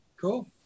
Cool